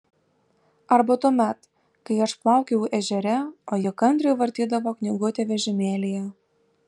arba tuomet kai aš plaukiojau ežere o ji kantriai vartydavo knygutę vežimėlyje